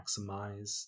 maximize